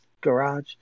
garage